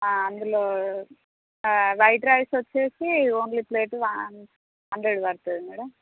అందులో white rice వచ్చి only plate hundred పడుతుంది మేడం